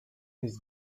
his